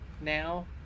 now